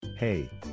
Hey